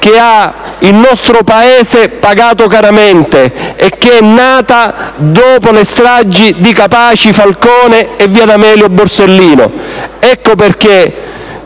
che il nostro Paese ha pagato a caro prezzo, e che è nata dopo le stragi di Capaci (Falcone) e via D'Amelio (Borsellino). Ecco perché,